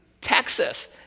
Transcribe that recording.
Texas